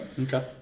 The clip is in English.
Okay